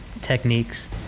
techniques